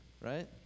right